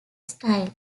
style